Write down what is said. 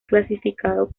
clasificado